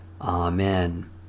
Amen